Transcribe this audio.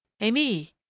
Amy